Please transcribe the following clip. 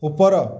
ଉପର